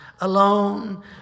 alone